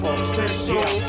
Official